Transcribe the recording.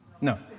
No